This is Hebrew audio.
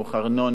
ארנונה.